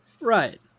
right